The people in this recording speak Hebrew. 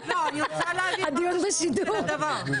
הדיון בשידור.